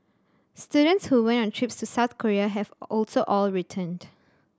students who went on trips to South Korea have also all returned